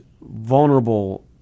vulnerable